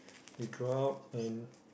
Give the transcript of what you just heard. yes draw out and